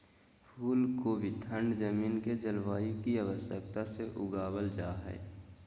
फूल कोबी ठंड जमीन में जलवायु की आवश्यकता से उगाबल जा हइ